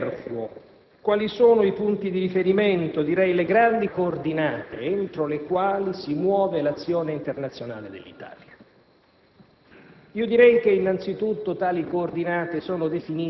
Lasciatemi ricordare, anche se potrebbe apparire superfluo, quali sono i punti di riferimento, le grandi coordinate entro le quali si muove l'azione internazionale dell'Italia.